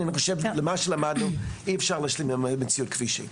אני חושב שממה שלמדנו אי אפשר להשלים עם המציאות כפי שהיא.